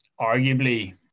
arguably